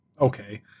okay